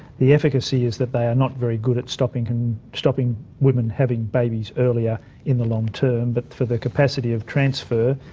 the efficacy is that they are not very good at stopping and stopping women having babies earlier in the long-term. but for the capacity of transfer,